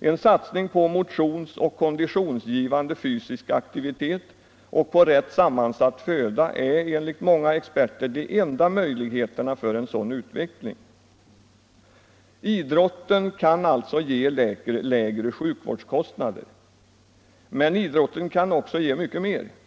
En satsning på motionsoch konditionsgivande fysisk aktivitet och på rätt sammansatt föda är enligt många experter de enda möjligheterna för en sådan utveckling. Idrotten kan alltså ge lägre sjukvårdskostnader, men idrotten ger mycket mer.